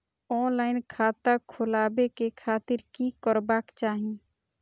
Online खाता खोलाबे के खातिर कि करबाक चाही?